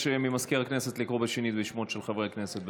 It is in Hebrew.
ממזכיר הכנסת לקרוא שנית בשמם של חברי הכנסת.